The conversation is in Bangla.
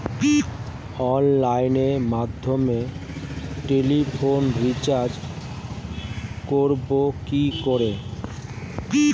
অনলাইনের মাধ্যমে টেলিফোনে রিচার্জ করব কি করে?